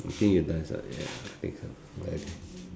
think you dance ah ya I think so ya